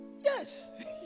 Yes